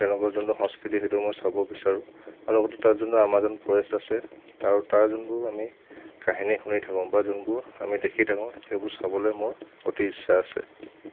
তেওঁলোকৰ যোনটো সংস্কৃতি সেইটো মই চাব বিচাৰোঁ আৰু লগতে তাৰ যোনটো আমাজন ফৰেষ্ট আছে তাৰো তাৰ যোনবোৰ আমি কাহিনী শুনি থাকো বা যোনবোৰ আমি দেখি থাকো সেইবোৰ চাবলে মোৰ অতি ইচ্ছা আছে